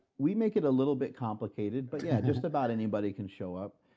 we make it a little bit complicated. but yeah, just about anybody can show up.